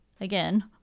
again